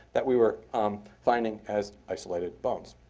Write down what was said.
that we were finding as isolated bones.